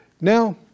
Now